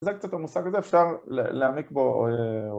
זה קצת המושג הזה, אפשר להעמיק בו אהה... או...